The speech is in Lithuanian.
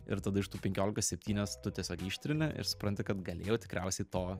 ir tada iš tų penkiolikos septynias tu tiesiog ištrini ir supranti kad galėjau tikriausiai to